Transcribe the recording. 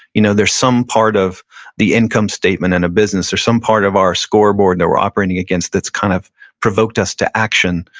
you know there's some part of the income statement in a business or some part of our scoreboard that and we're operating against that's kind of provoked us to action,